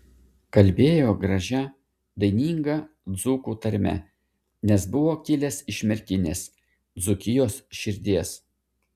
kalbėjo gražia daininga dzūkų tarme nes buvo kilęs iš merkinės dzūkijos širdies